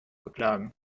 beklagen